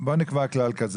בוא נקבע כלל כזה,